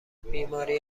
بیماری